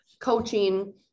coaching